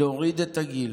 להוריד את הגיל.